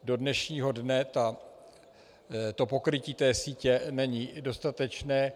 Do dnešního dne pokrytí sítě není dostatečné.